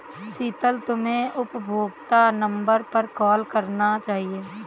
शीतल, तुम्हे उपभोक्ता नंबर पर कॉल करना चाहिए